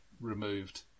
removed